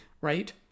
right